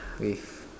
with